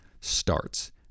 starts